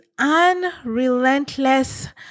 unrelentless